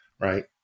right